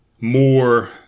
more